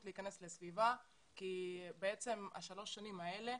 להיכנס לסביבה כי בעצם שלוש השנים האלה,